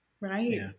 Right